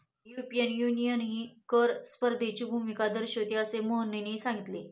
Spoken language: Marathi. युरोपियन युनियनही कर स्पर्धेची भूमिका दर्शविते, असे मोहनने सांगितले